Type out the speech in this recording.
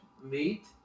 meat